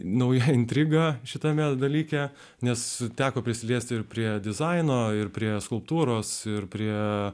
nauja intriga šitame dalyke nes teko prisiliesti prie dizaino ir prie skulptūros ir prie